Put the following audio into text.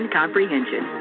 comprehension